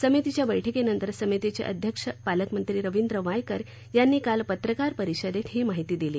समितीच्या बैठकीनंतर समितीचे अध्यक्ष पालकमंत्री रवींद्र वायकर यांनी काल पत्रकार परिषदेत ही माहिती दिली